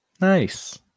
Nice